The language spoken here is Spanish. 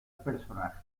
personaje